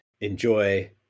Enjoy